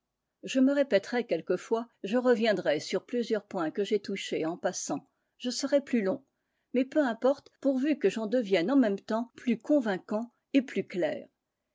je me répéterai quelquefois je reviendrai sur plusieurs points que j'ai touchés en passant je serai plus long mais peu m'importe pourvu que j'en devienne en même temps plus convaincant et plus clair